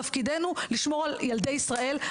תפקידנו לשמור על ילדי ישראל,